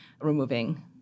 removing